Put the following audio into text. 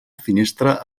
finestra